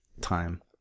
time